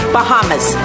Bahamas